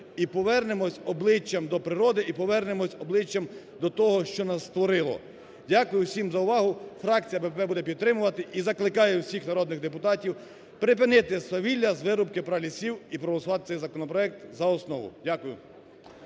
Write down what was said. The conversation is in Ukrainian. і повернемося обличчям до природи і повернемося обличчям до того, що нас створило. Дякую всім за увагу. Фракція БПП буде підтримувати і закликає усіх народних депутатів припинити свавілля з виробки пралісів і проголосувати цей законопроект за основу. Дякую.